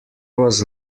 was